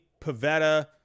Pavetta